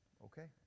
Okay